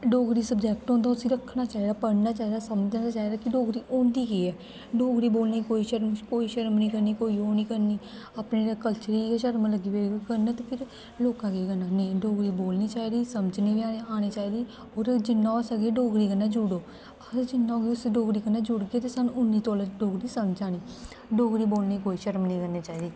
Dogri subject होंदा उस्सी रक्खना चाहिदा पढ़ना चाहिदा समझना चाहिदा कि डोगरी होंदी केह् ऐ डोगरी बोलने गी कोई शरम नेईं शरम निं करनी कोई ओह् निं करनी अपने अगर कलचर दी गै शरम लग्गी पे करन ते फिर लोकें केह् करना नेईं डोगरी बोलनी चाहिदी समझनी बी औनी औनी चाहिदी और जिन्ना होई सकै डोगरी कन्नै जुड़ो अस जिन्ना होग उस डोगरी कन्नै जुड़गे ते सानूं उन्नी तौले डोगरी समझ आनी डोगरी बोलने गी कोई शरम निं करनी चाहिदी